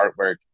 artwork